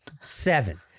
Seven